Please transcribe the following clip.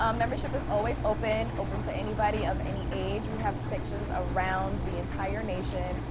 um membership is always open, open to anybody of any age. we have sections around the entire nation.